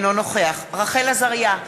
אינו נוכח רחל עזריה,